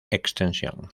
extensión